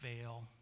fail